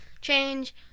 change